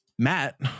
Matt